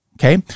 Okay